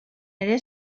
ere